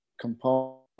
component